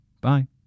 Bye